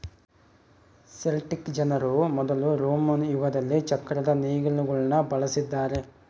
Celtic ಜನರು ಮೊದಲು Roman ಯುಗದಲ್ಲಿ ಚಕ್ರದ ನೇಗಿಲುಗುಳ್ನ ಬಳಸಿದ್ದಾರೆ